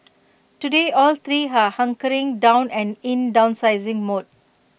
today all three are hunkering down and in downsizing mode